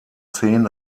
zehn